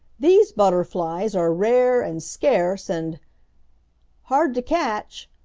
these butterflies are rare and scarce and hard to catch!